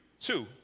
two